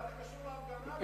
מה זה קשור להפגנה?